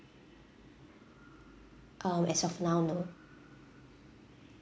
um as of now no